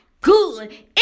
good